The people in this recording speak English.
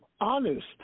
honest